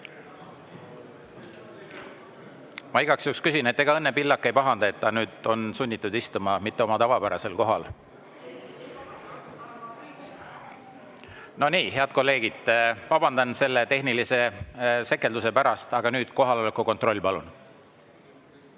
Ma igaks juhuks küsin, et ega Õnne Pillak ei pahanda, et ta nüüd on sunnitud istuma mitte oma tavapärasel kohal. (Õnne Pillak vastab saalist.)No nii, head kolleegid, vabandan selle tehnilise sekelduse pärast! Aga nüüd kohaloleku kontroll, palun!